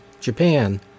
Japan